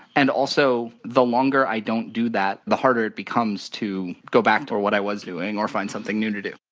and also the longer i don't do that, the harder it becomes to go back to what i was doing, or find something new to do.